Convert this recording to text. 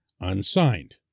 unsigned